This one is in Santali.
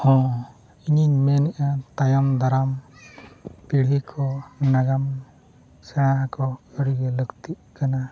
ᱦᱚᱸ ᱤᱧᱤᱧ ᱢᱮᱱᱮᱜᱼᱟ ᱛᱟᱭᱚᱢ ᱫᱟᱨᱟᱢ ᱯᱤᱲᱦᱤ ᱠᱚ ᱱᱟᱜᱟᱢ ᱥᱮᱬᱟ ᱟᱠᱚ ᱟᱹᱰᱤ ᱜᱮ ᱞᱟᱹᱠᱛᱤᱜ ᱠᱟᱱᱟ